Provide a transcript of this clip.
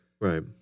right